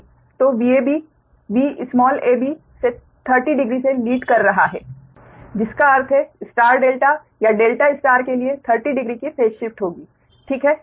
तो VAB Vab से 30 degree से लीड कर रहा है जिसका अर्थ है स्टार डेल्टा या डेल्टा स्टार के लिए 30 डिग्री की फेस शिफ्ट होगी समझे